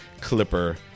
Clipper